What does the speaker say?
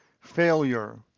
Failure